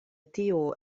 tio